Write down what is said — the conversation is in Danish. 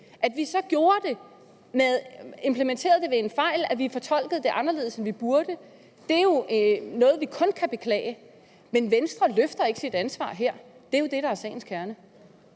At vi så gjorde det, implementerede det ved en fejl, at vi fortolkede det anderledes, end vi burde, er jo noget, vi kun kan beklage. Men Venstre løfter ikke sit ansvar her. Det er jo det, der er sagens kerne.